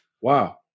Wow